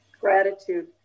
Gratitude